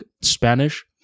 Spanish